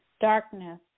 darkness